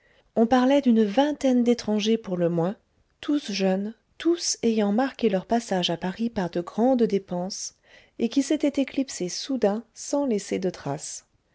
on parlait d'une vingtaine d'étrangers pour le moins tous jeunes tous ayant marqué leur passage à paris par de grandes dépenses et qui s'étaient éclipsés soudain sans laisser de traces